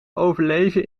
overleven